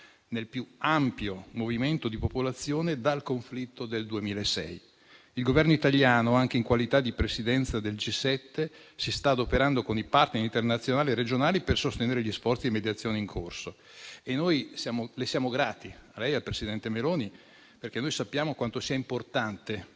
nel più ampio movimento di popolazione dal conflitto del 2006. Il Governo italiano, anche in qualità di Presidenza del G7, si sta adoperando con i *partner* internazionali e regionali per sostenere gli sforzi di mediazione in corso e noi siamo grati a lei e al presidente Meloni, perché sappiamo quanto sia importante